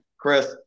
Chris